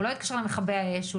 הוא לא יתקשר למכבי אש,